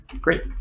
Great